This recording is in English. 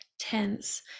tense